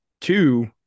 two